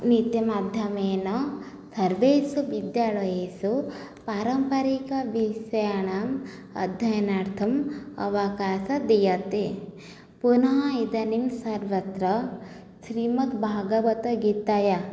नीतिमाध्यमेन सर्वेषु विद्यालयेषु पारम्परिकविषयाणाम् अध्ययनार्थम् अवकाशः दीयते पुनः इदानीं सर्वत्र श्रीमद्भगवद्गीतायाः